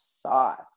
sauce